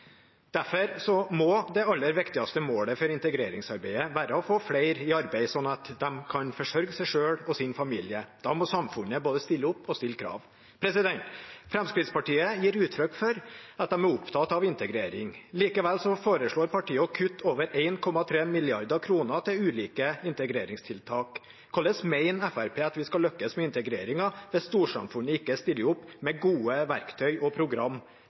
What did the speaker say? Derfor må det aller viktigste målet for integreringsarbeidet være å få flere i arbeid, sånn at de kan forsørge seg selv og sin familie. Da må samfunnet både stille opp og stille krav. Fremskrittspartiet gir uttrykk for at de er opptatt av integrering. Likevel foreslår partiet å kutte over 1,3 mrd. kr til ulike integreringstiltak. Hvordan mener Fremskrittspartiet at vi skal lykkes med integreringen hvis storsamfunnet ikke stiller opp med gode verktøy og